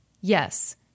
Yes